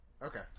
Okay